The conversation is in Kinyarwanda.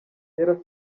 kera